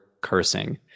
cursing